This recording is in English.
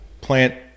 plant